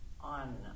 on